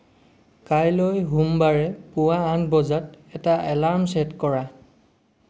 কাইলৈ সোমবাৰে পুৱা আঠ বজাত এটা এলাৰ্ম ছেট কৰা